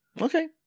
Okay